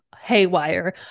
haywire